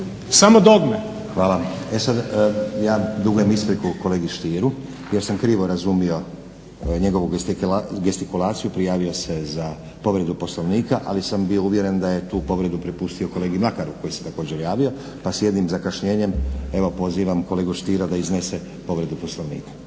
(SDP)** Hvala. E sad, ja dugujem ispriku kolegi Stieru jer sam krivo razumio njegovu gestikulaciju, prijavio se za povredu Poslovnika, ali sam bio uvjeren da je tu povredu prepustio kolegi Mlakaru koji se također javio, pa s jednim zakašnjenjem evo pozivam kolegu Stiera da iznese povredu Poslovnika.